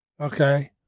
okay